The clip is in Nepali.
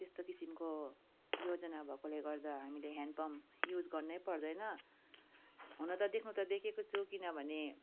त्यस्तो किसिमको योजना भएकोले गर्दा हामीले हेन्ड पम्प युज गर्नै पर्दैन हुन त देख्नु त देखेको छु किनभने